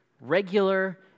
regular